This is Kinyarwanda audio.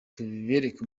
tubereka